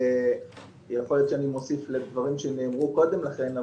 יכול להיות שאני מוסיף לדברים שנאמרו קודם לכן.